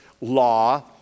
law